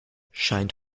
scheint